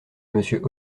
monsieur